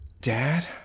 Dad